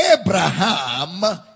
Abraham